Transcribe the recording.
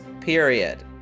period